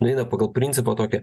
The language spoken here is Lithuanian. nueina pagal principą tokį